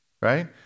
right